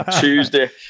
Tuesday